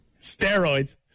steroids